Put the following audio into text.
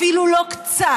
אפילו לא קצת.